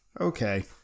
okay